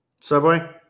Subway